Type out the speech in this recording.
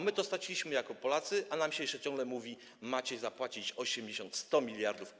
My to straciliśmy jako Polacy, a nam się jeszcze ciągle mówi: macie zapłacić 80 mld, 100 mld.